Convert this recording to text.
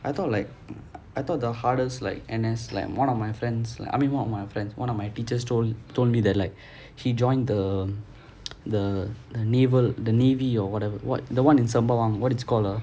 I thought like I thought the hardest like N_S like one of my friends like I mean one of my friend one of my teachers told told me that like he joined the the naval the navy or whatever what the [one] in sembawang what's it called uh